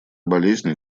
болезни